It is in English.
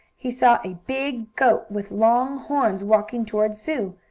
he saw a big goat, with long horns, walking toward sue.